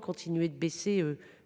continuer à baisser jusqu’en